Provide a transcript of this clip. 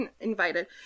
invited